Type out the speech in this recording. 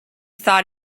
thought